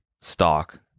stock